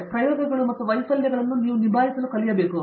ಈ ರೀತಿಯ ಪ್ರಯೋಗಗಳು ಮತ್ತು ವೈಫಲ್ಯಗಳನ್ನು ನೀವು ಹೇಗೆ ನಿಭಾಯಿಸಬಹುದು